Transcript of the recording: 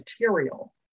material